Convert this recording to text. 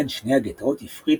בין שני הגטאות הפריד